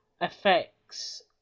effects